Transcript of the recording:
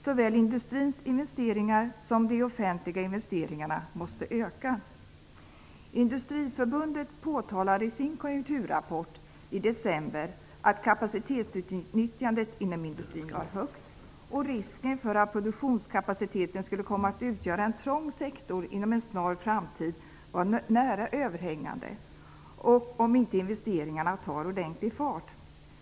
Såväl industrins investeringar som de offentliga investeringarna måste öka. Industriförbundet påtalade i sin konjunkturrapport i december att kapacitetsutnyttjandet inom industrin var högt och att risken för att produktionskapaciteten skulle komma att utgöra en trång sektor inom en snar framtid var överhängande om inte investeringarna tar ordentlig fart.